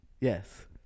Yes